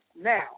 Now